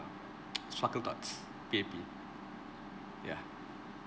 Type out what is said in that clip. sparkle tots P_A_P yeah